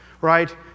right